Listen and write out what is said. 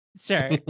Sure